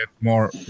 more